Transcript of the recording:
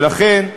ולכן,